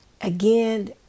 Again